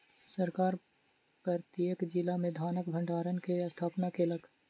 सरकार प्रत्येक जिला में धानक भण्डार के स्थापना केलक